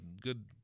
good